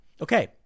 Okay